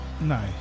No